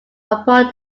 upon